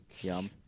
Yum